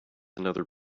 another